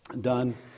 done